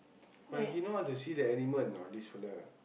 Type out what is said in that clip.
but he know how to see the animal or not this fella